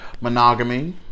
Monogamy